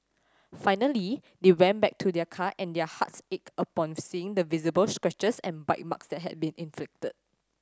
finally they went back to their car and their hearts ached upon seeing the visible scratches and bite marks that had been inflicted